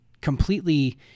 completely